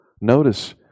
Notice